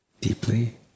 deeply